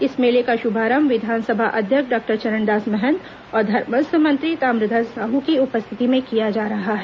इस मेले का शुभारंभ विधानसभा अध्यक्ष डॉक्टर चरणदास मंहत और धर्मस्व मंत्री ताम्रध्वज साहू की उपस्थिति में किया जा रहा है